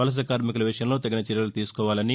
వలస కార్మికుల విషయంలో తగిన చర్యలు తీసుకోవాలని